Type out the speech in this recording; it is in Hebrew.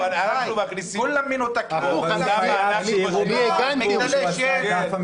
כולם מנותקים, במגדל השן, מגדלי שן.